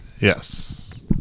Yes